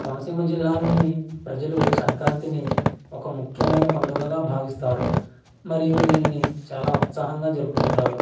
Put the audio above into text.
కోనసీమ జిల్లాలోని ప్రజలు సంక్రాంతిని ఒక ముఖ్యమైన పండుగగా భావిస్తారు మరియు దీనిని చాలా ఉత్సాహంగా జరుపుకుంటారు